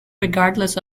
regardless